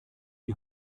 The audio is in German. die